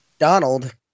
Donald